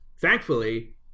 thankfully